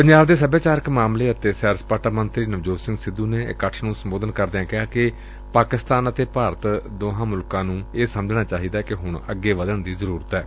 ਪੰਜਾਬ ਦੇ ਸਭਿਆਚਾਰਕ ਮਾਮਲੇ ਅਤੇ ਸੈਰ ਸਪਾਟਾ ਮੰਤਰੀ ਨਵਜੋਤ ਸਿੰਘ ਸਿੱਧੂ ਨੇ ਇਕੱਠ ਨੂੰ ਸੰਬੋਧਨ ਕਰਦਿਆਂ ਕਿਹਾ ਕਿ ਪਾਕਿਸਤਾਨ ਅਤੇ ਭਾਰਤ ਦੋਹਾਂ ਮੁਲਕਾਂ ਨੰ ਇਹ ਸਮਝਣਾ ਚਾਹੀਦੈ ਕਿ ਹੁਣ ਅੱਗੇ ਵਧਣ ਦੀ ਜ਼ਰੁਰਤ ਏ